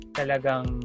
talagang